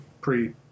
pre